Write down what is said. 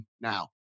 now